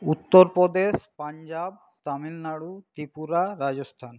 Uttar Pradesh Punjab Tamil Nadu Tripura Rajasthan